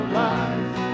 life